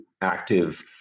active